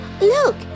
Look